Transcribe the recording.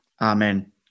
Amen